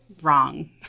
wrong